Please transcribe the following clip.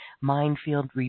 minefield